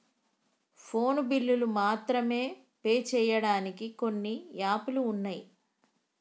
phone బిల్లులు మాత్రమే pay చెయ్యడానికి కొన్ని యాపులు వున్నయ్